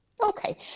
Okay